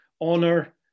honor